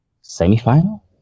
semi-final